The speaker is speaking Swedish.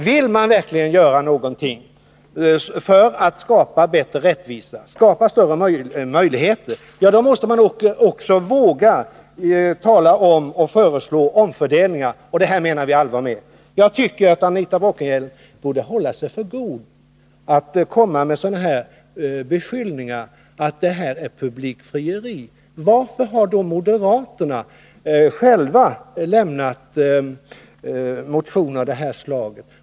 Vill man verkligen göra någonting för att skapa bättre rättvisa och större möjligheter, ja, då måste man också våga tala om och föreslå omfördelningar. Detta menar vi allvar med. Jag tycker att Anita Bråkenhielm borde hålla sig för god att komma med sådana här beskyllningar om publikfrieri. Varför har då moderaterna själva väckt en motion av detta slag?